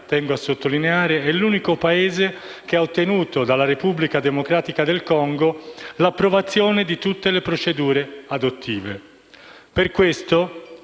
tengo a sottolineare che l'Italia è l'unico Paese che ha ottenuto dalla Repubblica democratica del Congo l'approvazione di tutte le procedure adottive. Per questo